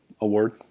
award